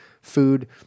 food